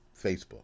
Facebook